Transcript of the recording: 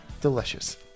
Delicious